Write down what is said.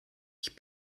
ich